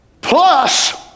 plus